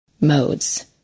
modes